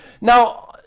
Now